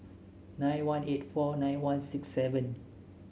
nine one eight four nine one six seven